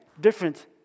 different